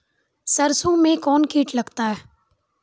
सरसों मे कौन कीट लगता हैं?